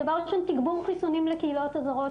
דבר ראשון תגבור חיסונים לקהילות הזרות.